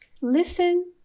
Listen